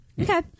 Okay